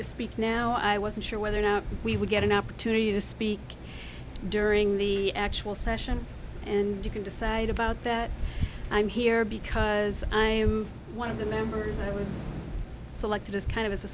to speak now i wasn't sure whether or not we would get an opportunity to speak during the actual session and you can decide about that i'm here because i one of the members i was selected as kind of as a